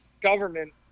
government